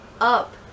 up